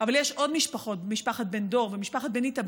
אבל יש עוד משפחות, משפחת בן דור ומשפחת בניטה.